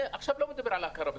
אני עכשיו לא מדבר על הכרה בכפרים,